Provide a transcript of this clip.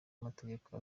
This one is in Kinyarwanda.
amategeko